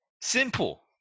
Simple